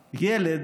ילד,